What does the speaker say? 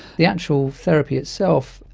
the actual therapy itself,